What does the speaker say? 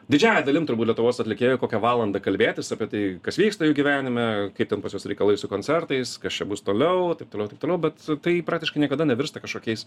didžiąja dalim turbūt lietuvos atlikėjų kokią valandą kalbėtis apie tai kas vyksta jų gyvenime kaip ten pas juos reikalai su koncertais kas čia bus toliau taip toliau taip toliau bet tai praktiškai niekada nevirsta kažkokiais